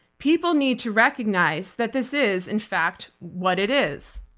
people need to recognize that this is in fact what it is.